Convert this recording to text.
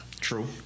True